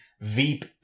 Veep